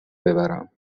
ببرم